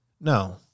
No